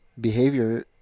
behavior